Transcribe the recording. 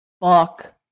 fuck